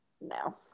No